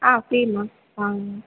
ஆ சரிம்மா வாங்க